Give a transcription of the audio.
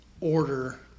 order